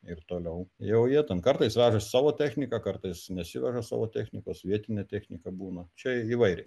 ir toliau jau jie ten kartais vežasi savo techniką kartais nesiveža savo technikos vietinė technika būna čia įvairiai